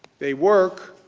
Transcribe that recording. they work,